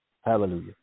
Hallelujah